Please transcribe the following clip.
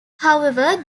however